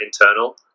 internal